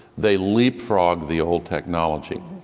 they leapfrogged the old technology.